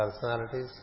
personalities